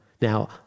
Now